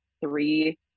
three